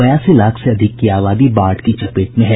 बयासी लाख से अधिक की आबादी बाढ़ की चपेट में है